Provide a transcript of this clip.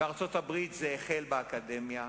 בארצות-הברית זה החל באקדמיה,